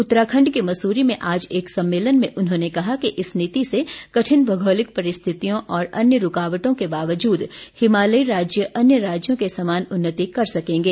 उत्तराखण्ड के मसूरी में आज एक सम्मेलन में उन्होंने कहा कि इस नीति से कठिन भौगोलिक परिस्थितियों और अन्य रूकावटों के बावजूद हिमालयी राज्य अन्य राज्यों के समान उन्नति कर सकेंगे